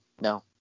no